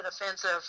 offensive